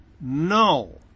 No